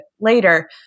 later